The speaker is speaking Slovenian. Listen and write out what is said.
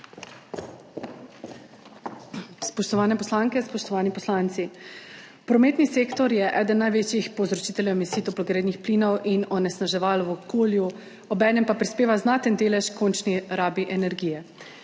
Spoštovane poslanke, spoštovani poslanci! Prometni sektor je eden največjih povzročiteljev emisij toplogrednih plinov in onesnaževal v okolju, obenem pa prispeva znaten delež h končni rabi energije.